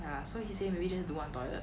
err so he say maybe just do one toilet